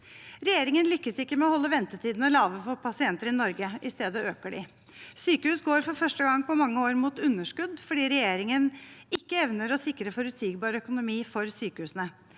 Regjeringen lykkes ikke med å holde ventetidene lave for pasienter i Norge. I stedet øker de. Sykehus går for første gang på mange år mot underskudd fordi regjeringen ikke evner å sikre forutsigbar økonomi for sykehusene.